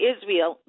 Israel